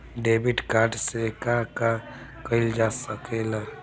Debit card से का का कइल जा सके ला?